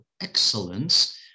excellence